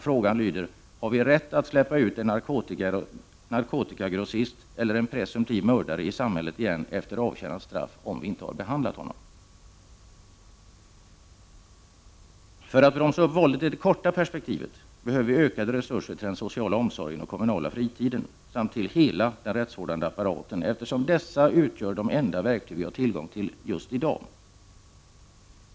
Frågan lyder: Har vi rätt att släppa ut en narkotikagrossist, eller en presumtiv mördare, i samhället igen efter avtjänat straff om vi inte har behandlat honom? För att bromsa upp våldet i det korta perspektivet behöver vi ökade resurser till den sociala omsorgen och den kommunala fritiden samt till hela den rättsvårdande apparaten, eftersom dessa utgör de enda verktyg vi har tillgång till just i dag.